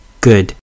good